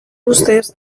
ustez